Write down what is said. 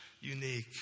unique